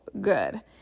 good